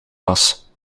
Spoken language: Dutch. was